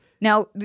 Now